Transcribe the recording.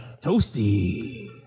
Toasty